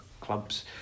clubs